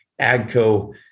agco